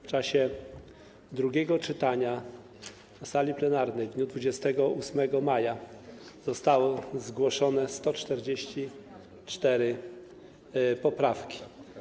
W czasie drugiego czytania na sali plenarnej w dniu 28 maja zostały zgłoszone 144 poprawki.